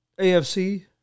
AFC